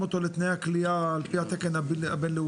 אותו לתנאי הכליאה על פי התקן הבינלאומי?